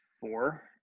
four